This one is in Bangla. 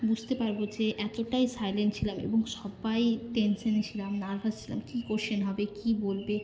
বুঝতে পারব যে এতটাই সাইলেন্ট ছিলাম এবং সবাই টেনশনে ছিলাম নার্ভাস ছিলাম কী কোয়েশ্চেন হবে কী বলবে